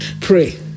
Pray